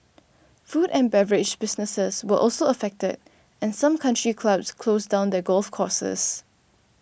food and beverage businesses were also affected and some country clubs closed down their golf courses